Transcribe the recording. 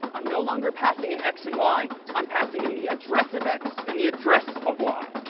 i'm no longer passing an x and y, i'm passing in the address of x and the address of y.